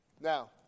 Now